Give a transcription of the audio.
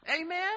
Amen